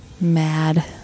Mad